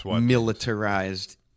militarized